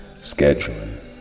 scheduling